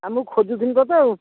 ଆଉ ମୁଁ ଖୋଜୁଥିଲି ତତେ ଆଉ